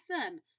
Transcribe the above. Awesome